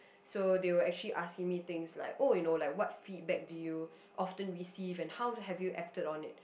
so they were actually asking me things like oh you know like what feedback do you often receive and how have you acted on it